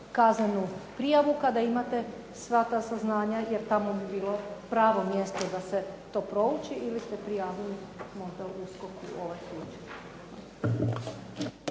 kaznenu prijavu kada imate svaka saznanja jer tamo bi bilo pravo mjesto da se to prouči ili ste prijavili možda USKOK-u ovaj slučaj?